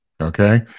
okay